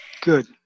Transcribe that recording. Good